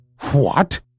What